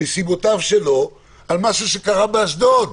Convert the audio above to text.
מסיבותיו שלו, על משהו שקרה באשדוד.